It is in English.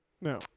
No